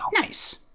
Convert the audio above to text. Nice